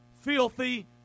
filthy